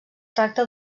tracta